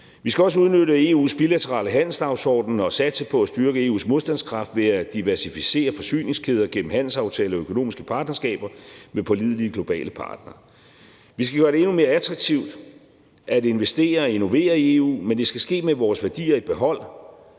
Vi skal også udnytte EU's bilaterale handelsdagsorden og satse på at styrke EU's modstandskraft ved at diversificere forsyningskæder gennem handelsaftaler og økonomiske partnerskaber med pålidelige globale partnere. Vi skal gøre det endnu mere attraktivt at investere og innovere i EU, men det skal ske med vores værdier i behold.